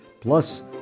plus